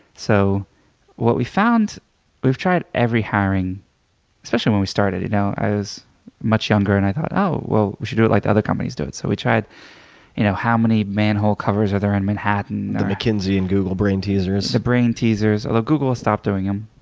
so what we found we've tried every hiring especially when we started, you know? i was much younger and i thought oh, we we should do it like the other companies do it. so we tried you know how many manhole covers are there in manhattan the mckinsey and google brainteasers. the brainteasers, although google has stopped doing them.